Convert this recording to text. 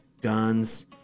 guns